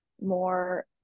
more